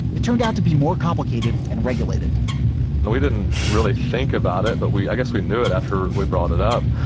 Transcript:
it turned out to be more complicated and regulated and we didn't really think about it, but we i guess we knew it after we brought it up.